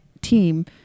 team